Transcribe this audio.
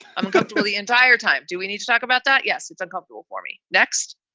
i'm going through the entire time. do we need to talk about that? yes. it's uncomfortable for me next,